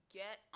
get